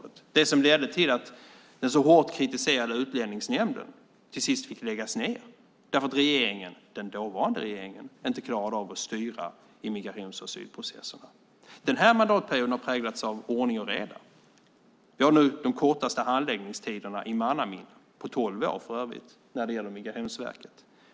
Det var det som ledde till att den så hårt kritiserade Utlänningsnämnden till sist fick läggas ned eftersom den dåvarande regeringen inte klarade av att styra immigrations och asylprocesserna. Den här mandatperioden har präglats av ordning och reda. Vi har nu de kortaste handläggningstiderna i mannaminne - på tolv år, för övrigt - i Migrationsverket.